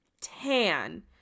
tan